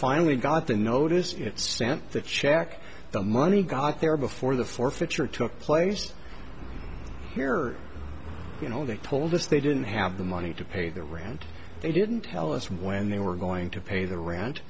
finally got the notice it sent the check the money got there before the forfeiture took place here or you know they told us they didn't have the money to pay their rent they didn't tell us when they were going to pay the rent